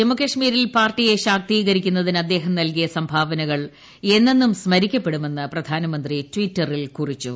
ജമ്മുകാശ്മീരിൽ പാർട്ടിയെ ശാക്തീകരിക്കുന്നതിന് അദ്ദേഹം നൽകിയ സംഭാവനകൾ എന്നെന്നും സ്മരിക്കപ്പെടുമെന്ന് പ്രധാനമന്ത്രി ട്വിറ്ററിൽ കുറിച്ചു